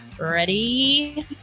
Ready